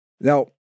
Now